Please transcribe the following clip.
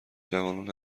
جوانان